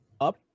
up